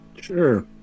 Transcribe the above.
sure